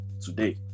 today